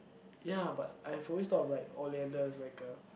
ya but I've always thought of like Oleander as like a